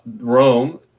Rome